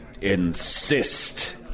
insist